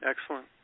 Excellent